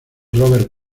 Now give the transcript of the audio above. robert